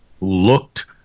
looked